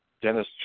Dennis